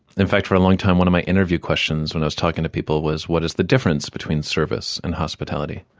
in fact for a long time one of my interview questions when i was talking to people was, what is the difference between service and hospitality?